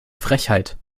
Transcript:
frechheit